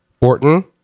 orton